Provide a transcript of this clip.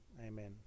amen